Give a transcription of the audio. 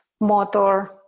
motor